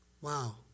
Wow